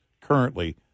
currently